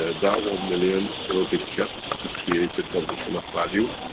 ah that one million, it'll be kept to create a condition of value.